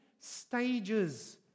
stages